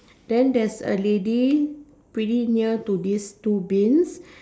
then theres a lady pretty near to this two bins